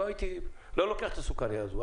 לא הייתי לוקח את הסוכרייה הזאת.